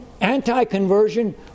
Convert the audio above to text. anti-conversion